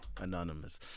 Anonymous